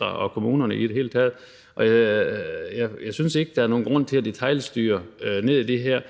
og kommunerne i det hele taget sikre. Jeg synes ikke, der er nogen grund til at detailstyre det her.